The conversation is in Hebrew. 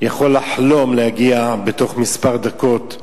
יכול לחלום להגיע בתוך דקות מספר,